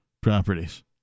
properties